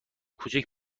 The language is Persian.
کوچک